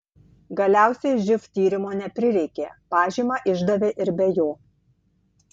galiausiai živ tyrimo neprireikė pažymą išdavė ir be jo